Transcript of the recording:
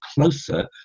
closer